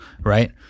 right